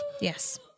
Yes